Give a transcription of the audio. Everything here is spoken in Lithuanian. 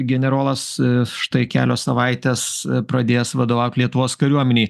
generolas štai kelios savaites pradėjęs vadovaut lietuvos kariuomenei